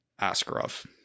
Askarov